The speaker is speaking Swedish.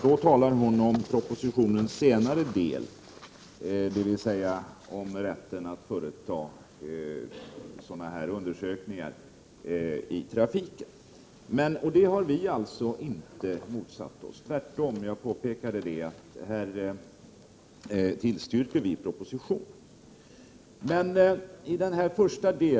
Då talade hon om propositionens senare del, dvs. om rätten att företa sådana här undersökningar i trafiken. Den har vi inte motsatt oss — jag påpekade att vi på den punkten tillstyrker förslaget i propositionen.